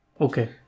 Okay